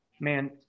man